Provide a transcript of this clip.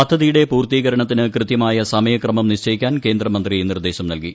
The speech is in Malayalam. പദ്ധതിയുടെ പൂർത്തീകരണത്തിന് കൃത്യമായ സമയക്രമം നിശ്ചയിക്കാൻ കേന്ദ്രമന്ത്രി നിർദ്ദേശം നൽകി